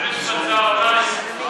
שמש בצוהריים.